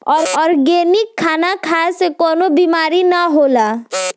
organic खाना खाए से कवनो बीमारी ना होला